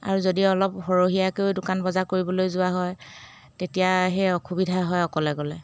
আৰু যদি অলপ সৰহীয়াকৈ দোকান বজাৰ কৰিবলৈ যোৱা হয় তেতিয়া সেই অসুবিধা হয় অকলে অকলে